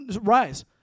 rise